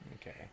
Okay